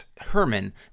Herman